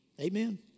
Amen